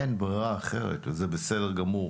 אין ברירה אחרת, וזה בסדר גמור,